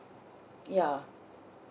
ya